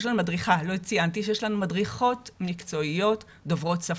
לא ציינתי שיש לנו מדריכות מקצועיות דוברות שפות,